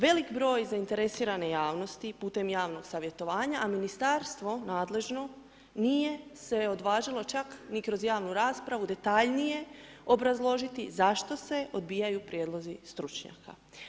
Velik broj zainteresirane javnosti putem javnog savjetovanja, a ministarstvo nadležno nije se odvažilo čak ni kroz javnu raspravu detaljnije obrazložiti zašto se odbijaju prijedlozi stručnjaka.